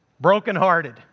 brokenhearted